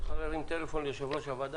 את יכולה להרים טלפון ליושב-ראש הוועדה,